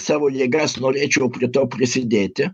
savo jėgas norėčiau prie to prisidėti